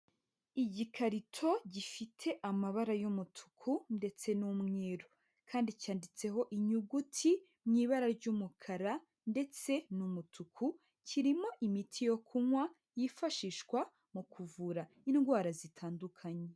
Igikarito gifite amabara y'umutuku ndetse n'umweru kandi cyanditseho inyuguti mu ibara ry'umukara ndetse n'umutuku, kirimo imiti yo kunywa yifashishwa mu kuvura indwara zitandukanye.